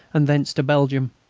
and thence to belgium.